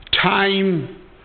time